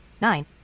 nine